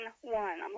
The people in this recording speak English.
one